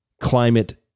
climate